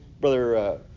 Brother